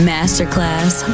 Masterclass